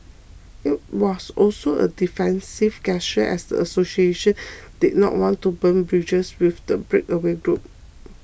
it was also a defensive gesture as the association did not want to burn bridges with the breakaway group